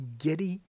Giddy